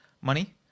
money